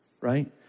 right